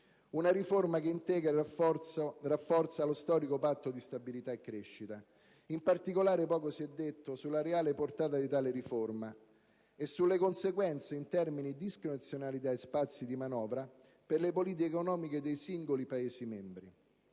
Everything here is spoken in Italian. Una riforma che integra e rafforza lo storico Patto di stabilità e crescita. In particolare, poco si è detto sulla reale portata di tale riforma e sulle conseguenze in termini di discrezionalità e spazi di manovra per le politiche economiche dei singoli Paesi membri.